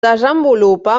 desenvolupa